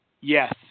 yes